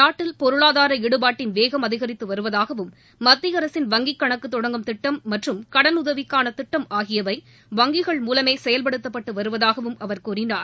நாட்டில் பொருளாதார ஈடுபாட்டின் வேகம் அதிகரித்து வருவதாகவும் மத்திய அரசின் வங்கிக் கணக்கு தொடங்கும் திட்டம் மற்றும் கடனுதவிக்கான திட்டம் ஆகியவை வங்கிகள் மூலமே செயல்படுத்தப்பட்டு வருவதாகவும் அவர் கூறினார்